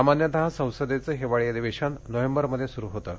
सामान्यतः संसदेचं हिवाळी अधिवेशन नोव्हेंबरमध्ये सुरू होतं